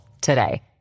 today